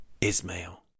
Ismail